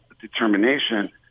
determination